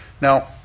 Now